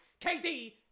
KD